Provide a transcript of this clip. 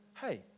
hey